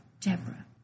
Deborah